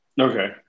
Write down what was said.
Okay